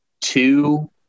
two